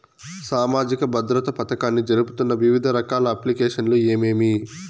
సామాజిక భద్రత పథకాన్ని జరుపుతున్న వివిధ రకాల అప్లికేషన్లు ఏమేమి?